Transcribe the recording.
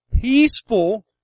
peaceful